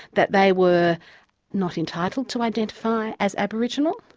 that they were not entitled to identify as aboriginal,